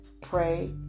Pray